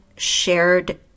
shared